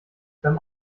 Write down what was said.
beim